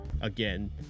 Again